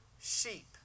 sheep